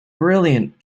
brilliant